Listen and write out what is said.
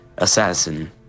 Assassin